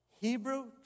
Hebrew